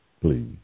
please